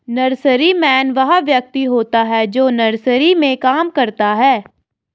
nurseryman वह व्यक्ति होता है जो नर्सरी में काम करता है